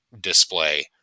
display